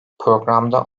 programda